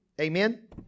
Amen